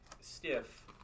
stiff